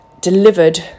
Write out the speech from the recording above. delivered